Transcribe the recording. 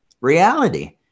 reality